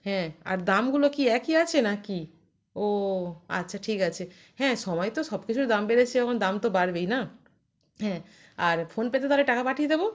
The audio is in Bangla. হ্যাঁ আর দামগুলো কি একই আছে নাকি ও আচ্ছা ঠিক আছে হ্যাঁ সময় তো সব কিছুর দাম বেড়েছে যখন দাম তো বাড়বেই না হ্যাঁ আর ফোনপেতে তাহলে টাকা পাঠিয়ে দেব